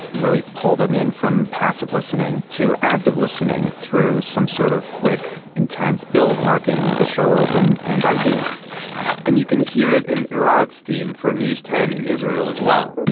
really pull them in from passive listening to active listening through some sort of quick intense build marking the show open and id and you can hear it in irad's theme for news ten in israel as well